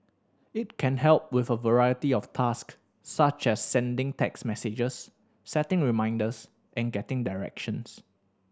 it can help with a variety of task such a sending text messages setting reminders and getting directions